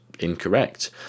incorrect